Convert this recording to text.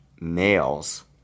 Nails